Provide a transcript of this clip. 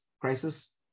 crisis